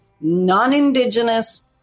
non-Indigenous